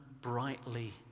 brightly